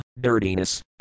Dirtiness